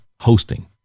hosting